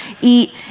eat